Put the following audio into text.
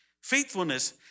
faithfulness